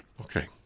Okay